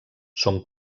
són